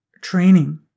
training